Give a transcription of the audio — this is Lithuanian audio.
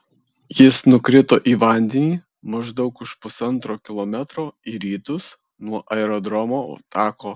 jis nukrito į vandenį maždaug už pusantro kilometro į rytus nuo aerodromo tako